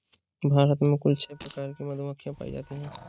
भारत में कुल छः प्रकार की मधुमक्खियां पायी जातीं है